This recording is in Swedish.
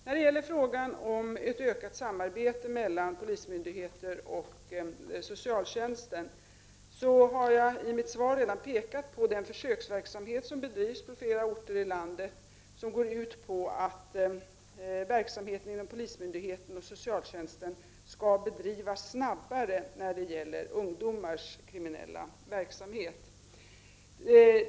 När det gäller frågan om ökat samarbete mellan polismyndigheten och socialtjänsten har jag i mitt svar redan pekat på den försöksverksamhet som bedrivs på flera orter i landet och som går ut på att verksamheten inom polismyndigheten och socialtjänsten skall bedrivas snabbare när det gäller ungdomars kriminella verksamhet.